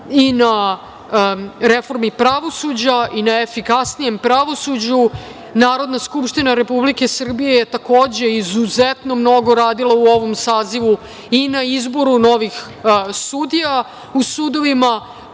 i na reformi pravosuđa i na efikasnijem pravosuđu. Narodna skupština Republike Srbije je takođe izuzetno mnogo radila u ovom sazivu i na izboru novih sudija u sudovima.